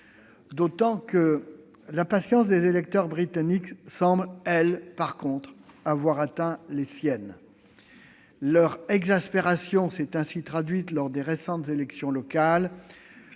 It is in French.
D'autant que la patience des électeurs britanniques semble, elle, avoir atteint les siennes. Leur exaspération s'est ainsi traduite lors des récentes élections locales